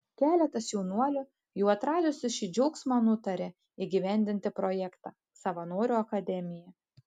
keletas jaunuolių jau atradusių šį džiaugsmą nutarė įgyvendinti projektą savanorių akademija